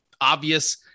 obvious